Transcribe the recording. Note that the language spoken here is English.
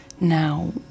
Now